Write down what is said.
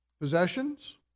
possessions